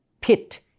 pit